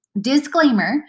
Disclaimer